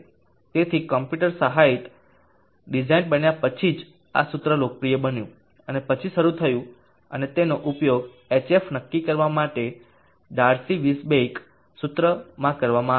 તેથી કમ્પ્યુટર સહાયિત ડિઝાઇન બન્યા પછી જ આ સૂત્ર લોકપ્રિય બન્યું અને પછી શરૂ થયું અને તેનો ઉપયોગ hf નક્કી કરવા માટે ડાર્સી - વેઇઝબેક સૂત્રમાં કરવામાં આવ્યો